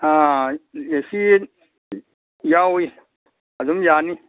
ah A C ꯌꯥꯎꯏ ꯑꯗꯨꯝ ꯌꯥꯅꯤ